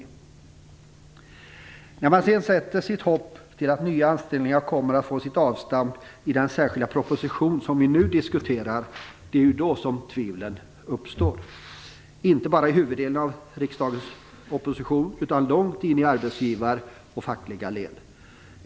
När regeringen sedan sätter sitt hopp till att nya anställningar kommer att få sin avstamp i den särskilda proposition som vi nu diskuterar uppstår det tvivel, inte bara inom huvuddelen av riksdagens opposition utan långt in i arbetsgivar och fackföreningsled.